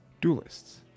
duelists